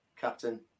captain